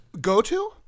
Go-to